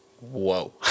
whoa